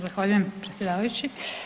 Zahvaljujem predsjedavajući.